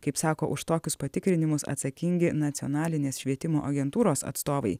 kaip sako už tokius patikrinimus atsakingi nacionalinės švietimo agentūros atstovai